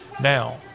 now